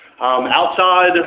outside